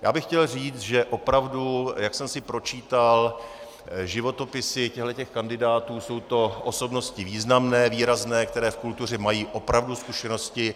Já bych chtěl říct, že opravdu, jak jsem si pročítal životopisy těchto kandidátů, jsou to osobnosti významné, výrazné, které v kultuře mají opravdu zkušenosti.